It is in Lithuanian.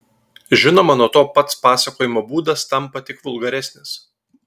žinoma nuo to pats pasakojimo būdas tampa tik vulgaresnis